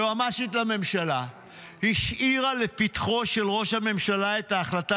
היועמ"שית לממשלה השאירה לפתחו של ראש הממשלה את ההחלטה